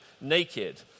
naked